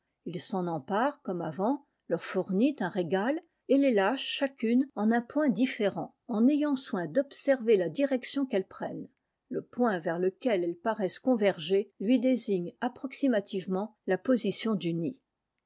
il s'en empare comme avant leur fournit un régal et les lâche chacune en un point différent en ayant soin d'observer la direction qu'elles prennent le point vers lequel elles paraissent converger lui désigne approximativement la position du nid